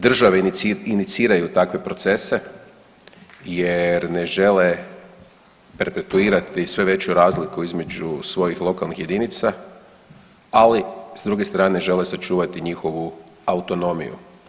Države iniciraju takve procese, jer ne žele perpetuirati sve veću razliku između svojih lokalnih jedinica, ali s druge strane žele sačuvati njihovu autonomiju.